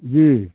जी